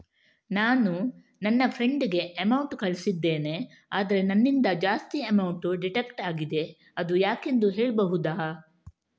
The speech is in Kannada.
ನಾನು ನನ್ನ ಫ್ರೆಂಡ್ ಗೆ ಅಮೌಂಟ್ ಕಳ್ಸಿದ್ದೇನೆ ಆದ್ರೆ ನನ್ನಿಂದ ಜಾಸ್ತಿ ಅಮೌಂಟ್ ಡಿಡಕ್ಟ್ ಆಗಿದೆ ಅದು ಯಾಕೆಂದು ಹೇಳ್ಬಹುದಾ?